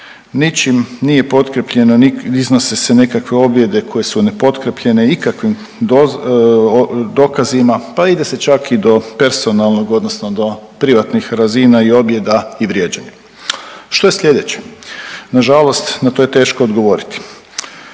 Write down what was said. ničim nije potkrijepljeno nikakvim, iznose se nekakve objede koje su nepotkrijepljene ikakvim dokazima, pa ide se čak i do personalnog odnosno do privatnih razina i objeda i vrijeđanja. Što je sljedeće? Na žalost na to je teško odgovoriti.